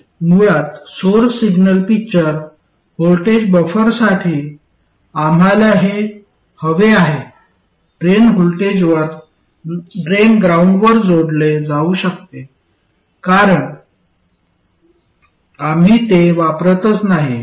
आणि मुळात source signal picture voltage बफरसाठी आम्हाला हे हवे आहे ड्रेन ग्राउंडवर जोडले जाऊ शकते कारण आम्ही ते वापरतच नाही